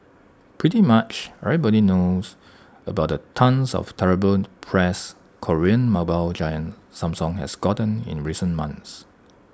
pretty much everyone knows about the tonnes of terrible press Korean mobile giant Samsung has gotten in recent months